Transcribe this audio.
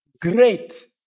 great